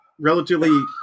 Relatively